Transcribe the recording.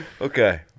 Okay